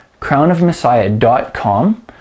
crownofmessiah.com